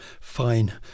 fine